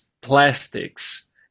plastics